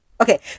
Okay